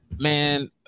Man